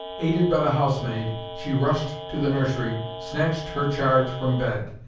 aided by the housemaid, she rushed to the nursery, snatched her charge from bed,